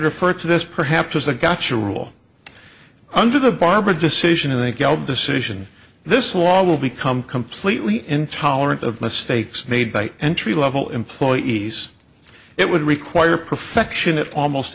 refer to this perhaps as a gotcha rule under the barbara decision in the bell decision this law will become completely intolerant of mistakes made by entry level employees it would require perfection at almost